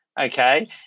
okay